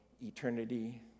eternity